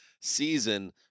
season